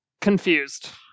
confused